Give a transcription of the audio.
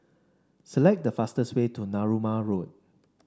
select the fastest way to Narooma Road